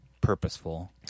purposeful